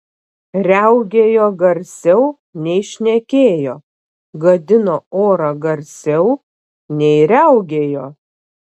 riaugėjo garsiau nei šnekėjo gadino orą garsiau nei riaugėjo